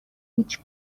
هیچ